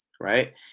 right